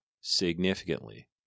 significantly